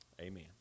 Amen